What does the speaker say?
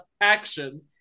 action